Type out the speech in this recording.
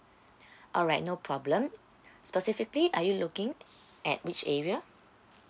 alright no problem specifically are you looking at which area